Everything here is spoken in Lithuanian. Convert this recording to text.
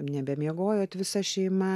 nebemiegojo visa šeima